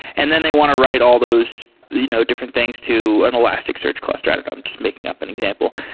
and then they want to write all those you know different things to an elasticsearch cluster. i don't know. i'm just making up an example.